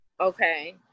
Okay